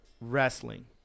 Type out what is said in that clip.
wrestling